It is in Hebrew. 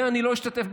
בזה אני לא אשתתף,